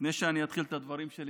לפני שאתחיל את הדברים שלי,